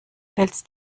wälzt